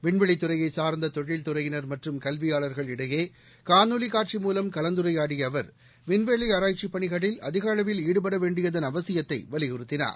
விண்வெளி துறையை சா்ந்த தொழில் துறையினா் மற்றும் கல்வியாளா்கள் இடையே காணொளி காட்சி மூலம் கலந்துரையாடிய அவர் விண்வெளி ஆராய்ச்சிப் பணிகளில் அதிக அளவில் ஈடுபட வேண்டியதன் அவசியத்தை வலியுறுத்தினார்